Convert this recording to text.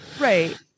right